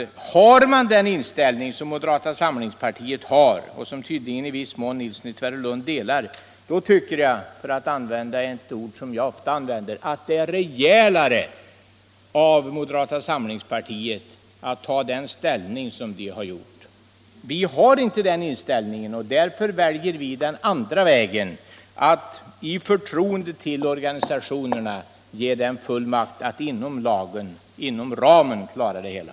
Har man den inställning som moderata samlingspartiet har och som tydligen i viss mån herr Nilsson i Tvärålund delar, tycker jag — för att begagna ett ord som jag ofta använder — att det är rejält av moderata samlingspartiet att inta den ställning som de har valt. Vi har inte samma inställning, och vi väljer i folkpartiet en annan väg, nämligen att i förtroende för organisationerna ge dem fullmakt att klara det hela.